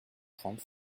trente